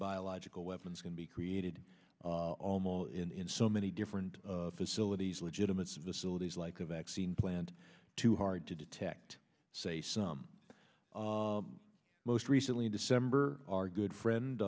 biological weapons can be created almost in so many different facilities legitimate facilities like a vaccine plant too hard to detect say some most recently in december our good friend